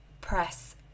press